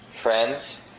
friends